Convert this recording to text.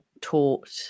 taught